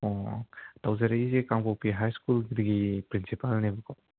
ꯑꯣ ꯇꯧꯖꯔꯛꯂꯤꯁꯦ ꯀꯥꯡꯄꯣꯛꯄꯤ ꯍꯥꯏ ꯁ꯭ꯀꯨꯜꯒꯤ ꯄ꯭ꯔꯤꯟꯁꯤꯄꯥꯜꯅꯦꯕꯀꯣ